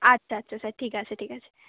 আচ্ছা আচ্ছা স্যার ঠিক আছে ঠিক আছে